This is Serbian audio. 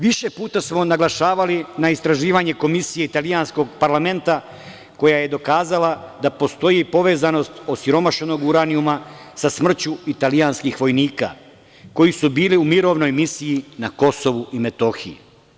Više puta smo naglašavali na istraživanje Komisije italijanskog parlamenta, koja je dokazala da postoji povezanost osiromašenog uranijuma sa smrću italijanskih vojnika koji su bili u mirovnoj misiji na Kosovu i Metohiji.